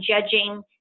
judging